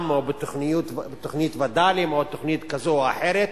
או בתוכנית וד"לים או תוכנית כזאת או אחרת,